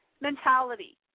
mentality